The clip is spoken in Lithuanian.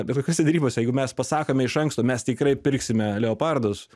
bet kokiose derybose jeigu mes pasakome iš anksto mes tikrai pirksime leopardus